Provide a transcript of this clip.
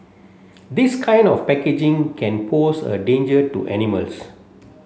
this kind of packaging can pose a danger to animals